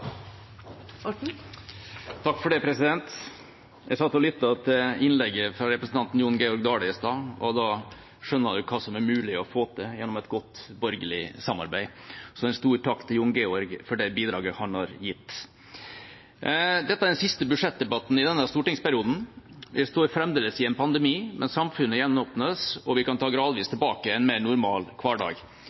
Jeg satt og lyttet til innlegget til representanten Jon Georg Dale i stad, og da skjønner man hva som er mulig å få til gjennom et godt borgerlig samarbeid. Så en stor takk til Jon Georg for det bidraget han har gitt. Dette er den siste budsjettdebatten i denne stortingsperioden. Vi står fremdeles i en pandemi, men samfunnet gjenåpnes, og vi kan ta gradvis tilbake en mer normal hverdag.